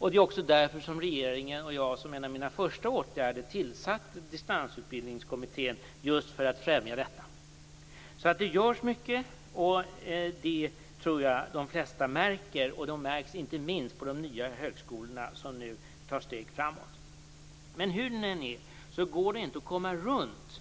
Just för att främja detta tillsatte regeringen och jag, som en av mina första åtgärder, Distansutbildningskommittén. Det görs alltså mycket, och det tror jag att de flesta märker. Det märks inte minst på de nya högskolorna som nu tar steg framåt. Hur det än är går det inte att komma runt